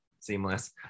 Seamless